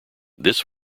this